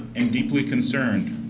am deeply concerned